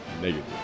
negative